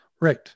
Right